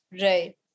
Right